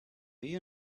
you